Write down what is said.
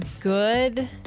good